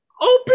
open